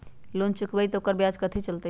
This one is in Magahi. लोन चुकबई त ओकर ब्याज कथि चलतई?